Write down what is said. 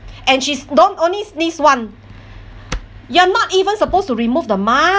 and she's don't only sneeze once you're not even supposed to remove the mask